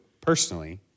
personally